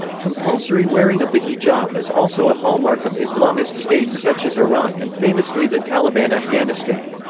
compulsory wearing of the hijab is also a hallmark of islamist states such as iran and famously the taliban afghanistan.